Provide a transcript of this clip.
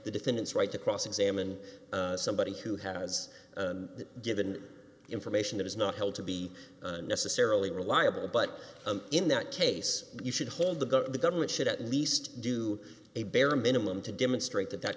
the defendant's right to cross examine somebody who has given information that is not held to be necessarily reliable but in that case you should hold the gun the government should at least do a bare minimum to demonstrate that that